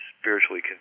spiritually